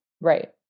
Right